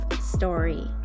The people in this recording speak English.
story